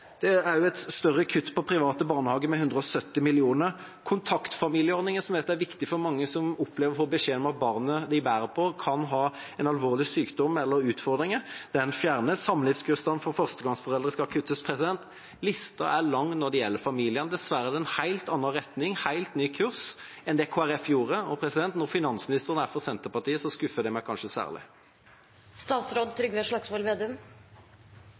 Det er også et større kutt i private barnehager, med 170 mill. kr. Kontaktfamilieordningen, som er viktig for alle som opplever å få beskjed om at barnet de bærer på, kan ha en alvorlig sykdom eller utfordringer, fjernes. Samlivskurs for førstegangsforeldre skal kuttes. Lista er lang når det gjelder familiene. Dessverre er det en helt annen retning, en helt ny kurs, enn det Kristelig Folkeparti hadde. Når finansministeren er fra Senterpartiet, skuffer det meg kanskje